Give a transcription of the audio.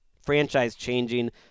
franchise-changing